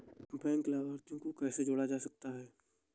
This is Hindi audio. बैंक लाभार्थी को कैसे जोड़ा जा सकता है?